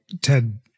Ted